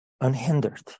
unhindered